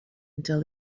until